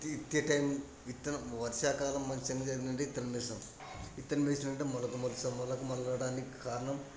ఇత్తి ఇత్తే టైం విత్తనం వర్షాకాలం వచ్చిందంటే విత్తనం వేశాం విత్తనం వేసినట్లే మొలక మొలచింది మొలక మొలవడానికి కారణం